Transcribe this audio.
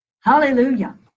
Hallelujah